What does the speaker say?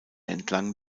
entlang